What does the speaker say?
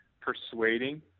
persuading